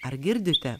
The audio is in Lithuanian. ar girdite